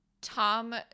Tom